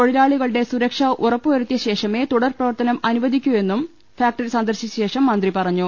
തൊഴിലാളികളുടെ സുരക്ഷ ഉറപ്പു വരുത്തിയി ശേഷമേ തുടർ പ്രവർത്തനം അനുവദിക്കൂയെന്നും ഫാക്ടറി സന്ദർശിച്ച ശേഷം മന്ത്രി പറഞ്ഞു